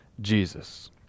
Jesus